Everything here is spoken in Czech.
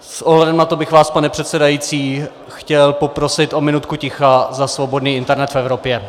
S ohledem na to bych vás, pane předsedající, chtěl poprosit o minutku ticha za svobodný internet v Evropě.